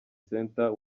center